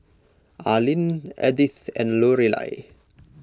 Arline Edythe and Lorelei